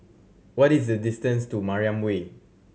what is the distance to Mariam Way